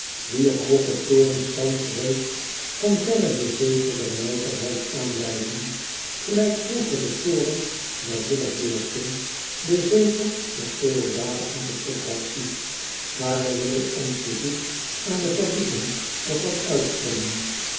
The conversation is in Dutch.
wier hooge torens thans reeds van verre de zetels der nijverheid aanwijzen gelijk vroeger de torens der ridderburgten de zetels der feodale aristocratie aar wij willen ons bezoek aan de fabrieken nog wat uitstellen